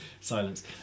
Silence